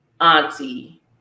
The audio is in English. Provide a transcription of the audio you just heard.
auntie